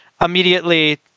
immediately